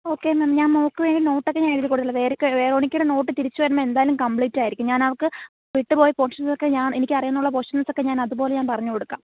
okay ma'am ഞാൻ മോൾക്ക് വേണ്ടി നോട്ട് ഒക്കെ ഞാൻ എഴുതി കൊടുത്തോളാം വെറോണിക്കേടെ നോട്ട് തിരിച്ചു വരുമ്പം എന്തായാലും കംപ്ലീറ്റ് ആയിരിക്കും ഞാൻ അവൾക്ക് വിട്ടുപോയ പോഷൻസ് ഒക്കെ ഞാൻ എനിക്ക് അറിയുന്നുള്ള പോഷൻസ് ഒക്കെ ഞാൻ അതുപോലെ ഞാൻ പറഞ്ഞു കൊടുക്കാം